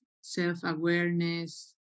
self-awareness